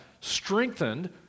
strengthened